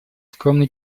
скромный